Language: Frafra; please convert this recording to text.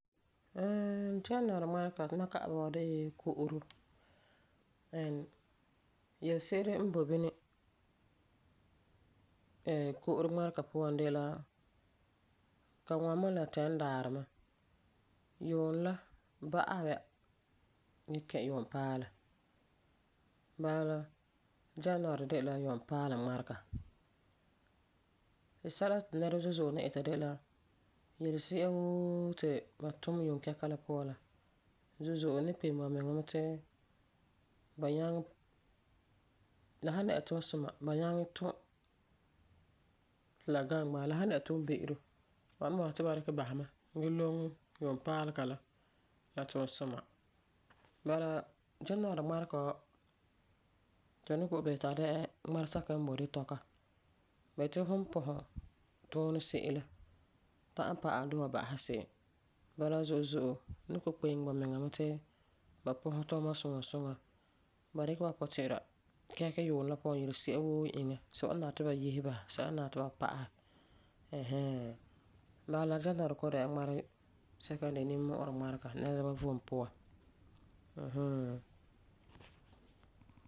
Ɛɛn January ŋmarega tumam kalam de'e Ko'oro. Ɛɛn yelese'ere n boi bini ɛɛn Ko'oro ŋmarega de la, ka ŋwani me la Tɛnidaarɛ mɛ. Yuunɛ la ba'asɛ ya ge kɛ̃ yuumpaalɛ. Bala la January de la yuumpaalɛ Ŋmarega. Ti sɛla ti nɛreba zo'e zo'e ni ita de la yelesi'a woo ti ba tum yuunkɛka la puan la, zo'e zo'e ni kpeŋɛ bamia mɛ ti ba nyaŋɛ, la san dɛna tuunsuma ba nyaŋɛ tum ti la gaŋɛ bala. La san dɛna tuunbe'ero, ba ni bɔta ti ba dikɛ basɛ mɛ gee loŋe yuumpaalɛ la la tuunsuma. Bala January ŋmarega wa tu ni kɔ'ɔm bisɛ ti a dɛna ŋmaresɛka n boi ditɔka. Ba yeti fum pɔsɛ tuunɛ se'em la ta'am pa'alɛ di wan ba'asɛ se'em. Bala la zo'e zo'e ni kpeŋɛ bamiŋa mɛ ti ba pɔsɛ ba tuuma suŋa suŋa. Ba dikɛ ba puti'ira kɛkɛ yuunɛ la puan yelesi'a woo n iŋɛ, sɛla n nari ti ba yese basɛ la sɛla n nari ti ba pa'asɛ ɛɛn hɛɛn. Bala la January kɔ'ɔm dɛna la ŋmaresɛka n de nimmu'urɛ nɛreba vom puan.